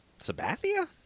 Sabathia